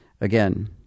again